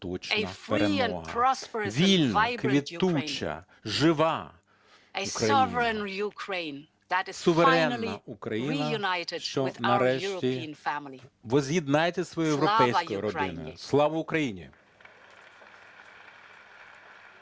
Вільна, квітуча, жива Україна, суверенна Україна, що нарешті возз'єднаєтеся європейською родиною. Слава Україні!